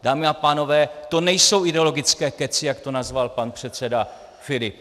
Dámy a pánové, to nejsou ideologické kecy, jak to nazval pan předseda Filip.